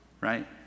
right